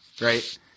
right